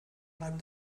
reim